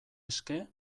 eske